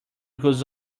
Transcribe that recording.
goes